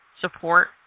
support